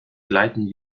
gleiten